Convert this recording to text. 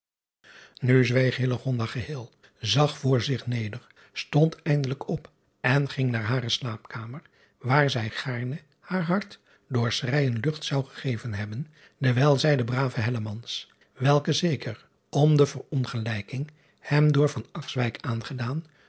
zweeg geheel zag voor zich neder stond eindelijk op en ging naar hare slaapkamer waar zij gaarne haar hart door schreijen lucht zou gegeven hebben dewijl zij den braven welke zeker om de verongelijking hem door aangedaan